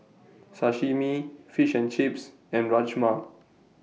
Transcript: Sashimi Fish and Chips and Rajma